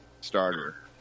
starter